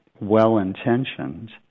well-intentioned